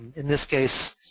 in this case,